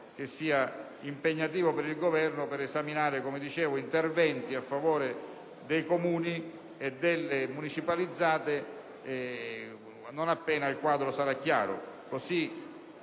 che sia impegnativo per il Governo per esaminare, come ho già detto, interventi a favore dei comuni e delle aziende municipalizzate non appena il quadro sarà chiaro.